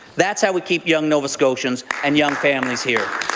that's how we keep young nova scotians and young families here.